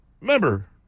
remember